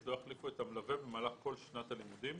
לא יחליפו את המלווה במהלך כל שנת הלימודים,